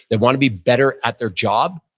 they want to be better at their job?